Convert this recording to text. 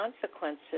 consequences